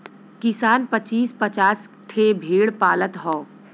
किसान पचीस पचास ठे भेड़ पालत हौ